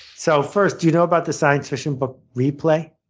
so first, do you know about the science fiction book, replay?